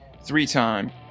three-time